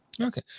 okay